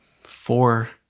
four